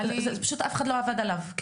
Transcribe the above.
פשוט אף אחד לא עבד עליו.